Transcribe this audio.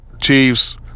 Chiefs